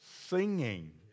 singing